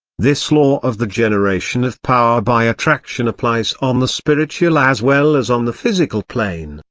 this law of the generation of power by attraction applies on the spiritual as well as on the physical plane,